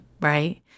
right